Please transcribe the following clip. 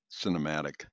cinematic